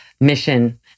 mission